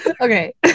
okay